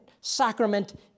Sacrament